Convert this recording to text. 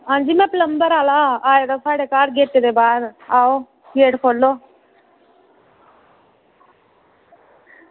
हां जी में प्लंबर आह्ला आए दा साढ़े घर गेटै दे बाह्र आओ गेट खो'ल्लो